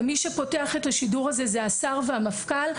ומי שפותח את השידור הזה הם השר והמפכ"ל.